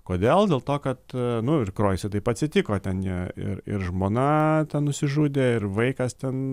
kodėl dėl to kad nu ir kroisui taip atsitiko ten jie ir ir žmona nusižudė ir vaikas ten